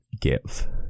give